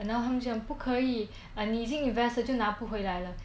然后他们就讲不可以你已经 invest 就拿不回来了